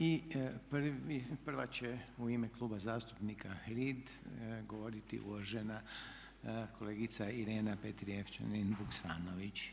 I prva će u ime Kluba zastupnika HRID govoriti uvažena kolegica Irena Petrijevčanin Vuksanović.